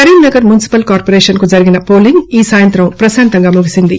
Karimnagar municipal corporation కు జరిగిన polling ఈ సాయంత్రం ప్రశాంతంగా ముగిసింది